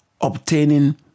obtaining